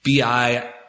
BI